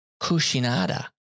Kushinada